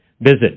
Visit